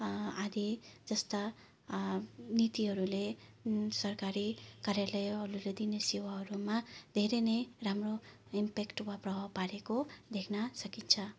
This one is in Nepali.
आदि जस्ता नीतिहरूले सरकारी कार्यालयहरूले दिने सेवाहरूमा धेरै नै राम्रो इम्पेक्ट वा प्रभाव पारेको देख्न सकिन्छ